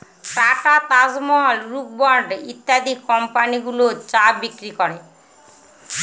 tata, Taj Mahal, Brooke Bond ইত্যাদি company গুলো চা বিক্রি করে